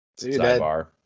sidebar